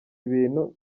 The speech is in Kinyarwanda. ibintu